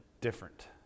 different